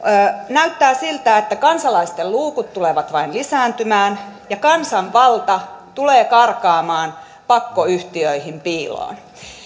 näyttää siltä että kansalaisten luukut tulevat vain lisääntymään ja kansanvalta tulee karkaamaan pakkoyhtiöihin piiloon